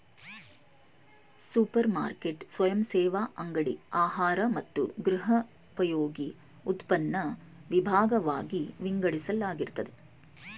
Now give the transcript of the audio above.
super market ಸ್ವಯಂಸೇವಾ ಅಂಗಡಿ ಆಹಾರ ಮತ್ತು ಗೃಹೋಪಯೋಗಿ ಉತ್ಪನ್ನನ ವಿಭಾಗ್ವಾಗಿ ವಿಂಗಡಿಸಲಾಗಿರ್ತದೆ